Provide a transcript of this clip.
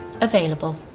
available